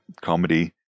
comedy